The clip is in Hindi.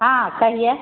हाँ कहिए